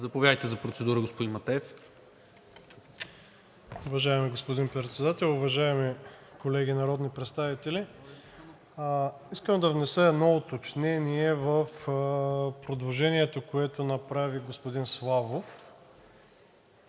Заповядайте за процедура, господин Матеев. ДОКЛАДЧИК МИЛЕН МАТЕЕВ: Уважаеми господин Председател, уважаеми колеги народни представители! Искам да внеса едно уточнение в предложението, което направи господин Славов,